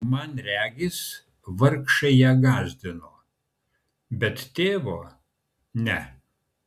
man regis vargšai ją gąsdino bet tėvo ne